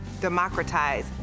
democratize